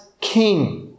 king